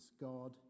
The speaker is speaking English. God